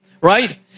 right